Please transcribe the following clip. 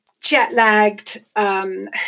jet-lagged